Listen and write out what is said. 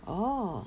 orh